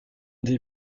des